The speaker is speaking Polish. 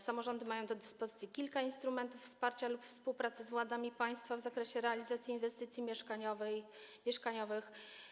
Samorządy mają do dyspozycji kilka instrumentów wsparcia lub współpracy z władzami państwa w zakresie realizacji inwestycji mieszkaniowych.